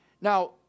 Now